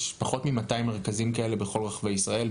יש פחות מ-200 מרכזים כאלה בכל רחבי ישראל,